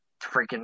Freaking